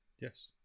yes